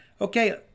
okay